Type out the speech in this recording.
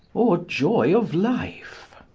or joy of life.